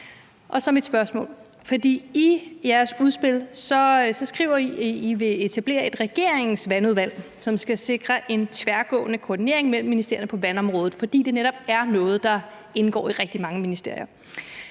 I jeres udspil skriver I, at I vil etablere et regeringsvandudvalg, som skal sikre en tværgående koordinering mellem ministerierne på vandområdet, fordi det netop er noget, der indgår i rigtig mange ministerier.